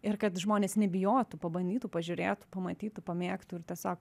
ir kad žmonės nebijotų pabandytų pažiūrėtų pamatytų pamėgtų ir tiesiog